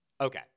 Okay